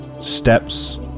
steps